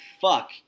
fuck